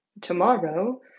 Tomorrow